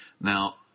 Now